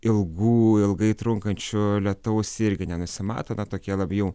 ilgų ilgai trunkančio lietaus irgi nenusimato na tokie labiau